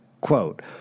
Quote